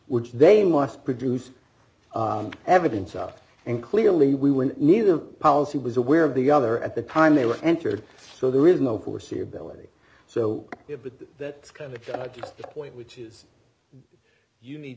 which they must produce evidence out and clearly we were in need of policy was aware of the other at the time they were entered so there is no foreseeability so yeah but that's kind of a key point which is you need